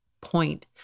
point